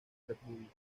república